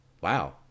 Wow